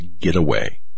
getaway